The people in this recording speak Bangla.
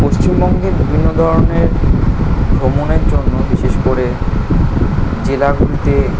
পশ্চিমবঙ্গে বিভিন্ন ধরনের ভ্রমণের জন্য বিশেষ করে জেলাগুলিতে